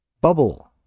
Bubble